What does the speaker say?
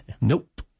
Nope